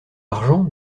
argent